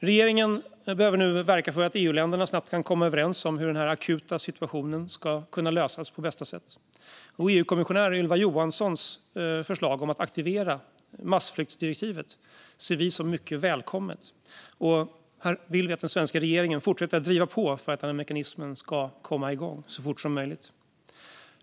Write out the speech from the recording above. Regeringen behöver nu verka för att EU-länderna snabbt ska kunna komma överens om hur den akuta situationen kan lösas på bästa sätt. Vår EU-kommissionär Ylva Johanssons förslag att aktivera massflyktsdirektivet ser vi som mycket välkommet, och vill vi att den svenska regeringen fortsätter att driva på för att denna mekanism ska komma igång så fort som möjligt.